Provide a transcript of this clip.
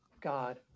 God